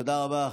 תודה רבה.